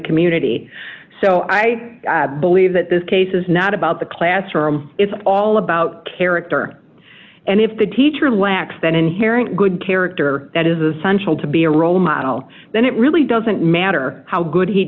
community so i believe that this case is not about the classroom it's all about character and if the teacher lacks that inherent good character that is essential to be a role model then it really doesn't matter how good he